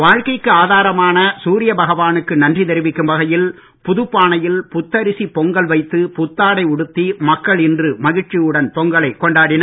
வாழ்க்கைக்கு ஆதாரமான சூரிய பகவானுக்கு நன்றி தெரிவிக்கும் வகையில் புதுப்பானையில் புத்தரிசி பொங்கல் வைத்து புத்தாடை உடுத்தி மக்கள் இன்று மகிழ்ச்சியுடன் பொங்கலை கொண்டாடினர்